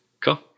Cool